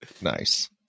Nice